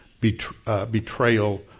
betrayal